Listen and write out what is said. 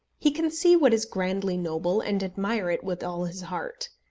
he can see what is grandly noble and admire it with all his heart.